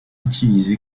utilisé